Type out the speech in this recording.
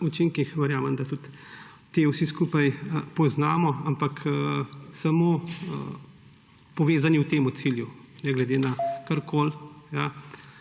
učinkih, verjamem, da jih vsi skupaj poznamo. Ampak samo povezani v tem cilju, ne glede na karkoli,